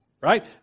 Right